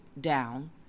down